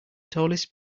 tallest